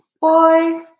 Boy